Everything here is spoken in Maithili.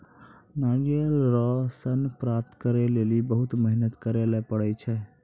नारियल रो सन प्राप्त करै लेली बहुत मेहनत करै ले पड़ै छै